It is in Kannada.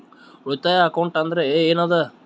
ಉಳಿತಾಯ ಅಕೌಂಟ್ ಅಂದ್ರೆ ಏನ್ ಅದ?